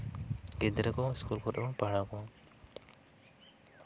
ᱜᱤᱫᱽᱨᱟᱹ ᱠᱚ ᱤᱥᱠᱩᱞ ᱠᱚᱨᱮᱫ ᱵᱚᱱ ᱯᱟᱲᱦᱟᱣ ᱠᱚᱣᱟ